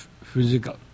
physical